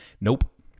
Nope